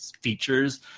features